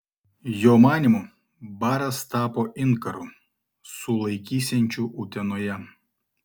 jo manymu baras tapo inkaru sulaikysiančiu utenoje